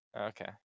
Okay